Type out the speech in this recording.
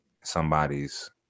somebody's